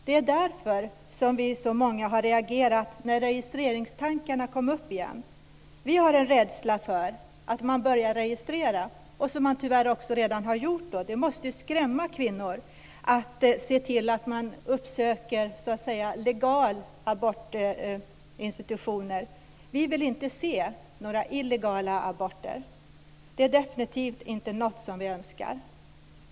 Det är därför som vi är så många som har reagerat när registreringstankarna kom upp igen. Vi har en rädsla för att man börjar registrera. Det har man tyvärr också redan gjort. Det måste skrämma kvinnor från att uppsöka legala abortinstitutioner. Vi vill inte se några illegala aborter. Det är definitivt inte något som vi önskar.